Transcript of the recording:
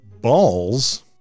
balls